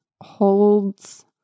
holds